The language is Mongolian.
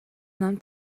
нам